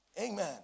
Amen